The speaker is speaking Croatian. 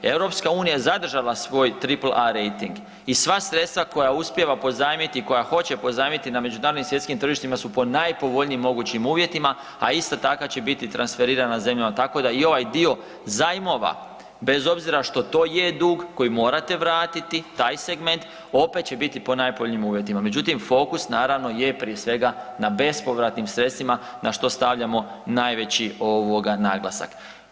EU je zadržala svoj triple A rejting i sva sredstva koja uspijeva pozajmiti i koja hoće pozajmiti na međunarodnih svjetskim tržištima su po najpovoljnijim mogućim uvjetima a isto takva će biti transferirana zemljama, tako da i ovaj dio zajmova bez obzira što to je dug koji morate vratiti, taj segment opet će biti po najboljim uvjetima međutim fokus naravno je prije svega na bespovratnim sredstvima na što stavljamo najveći naglasak.